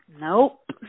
Nope